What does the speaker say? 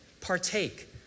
partake